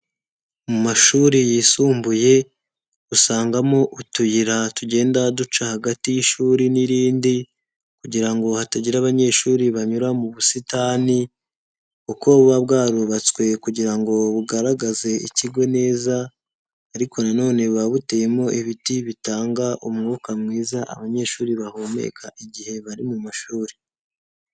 Mu mashuri yisumbuye usangamo utuyira tugenda duca hagati y'ishuri n'irindi kugira ngo hatagira abanyeshuri banyura mu busitani, uko buba bwarubatswe kugira ngo bugaragaze ikigo neza ariko nanone buba buteyemo ibiti bitanga umwuka mwiza abanyeshuri bahumeka igihe bari mu mashuri.